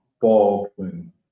Baldwin